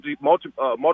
multiple